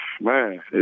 man